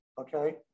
okay